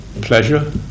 pleasure